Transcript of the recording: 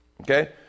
okay